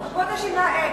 קופות השיניים,